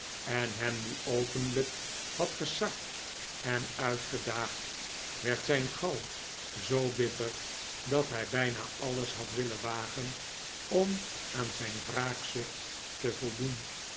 en hem nu openlijk had gesard en uitgedaagd werd zijn gal zoo bitter dat hij bijna alles had willen wagen om aan zijn wraakzucht te voldoen